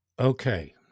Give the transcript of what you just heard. Okay